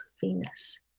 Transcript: Venus